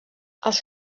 els